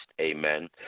Amen